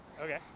Okay